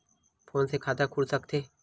Phone से खाता खुल सकथे?